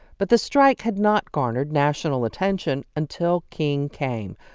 but the strike had not garnered national attention until king came,